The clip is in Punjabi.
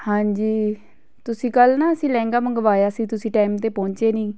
ਹਾਂਜੀ ਤੁਸੀਂ ਕੱਲ੍ਹ ਨਾ ਅਸੀਂ ਲਹਿੰਗਾ ਮੰਗਵਾਇਆ ਸੀ ਤੁਸੀਂ ਟਾਈਮ 'ਤੇ ਪਹੁੰਚੇ ਨਹੀਂ